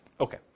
Okay